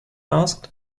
asked